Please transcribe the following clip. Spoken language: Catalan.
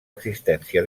existència